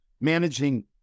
managing